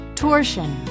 torsion